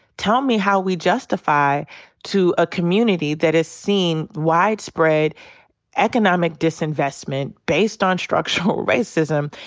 tell me how we justify to a community that is seeing widespread economic disinvestment, based on structural racism,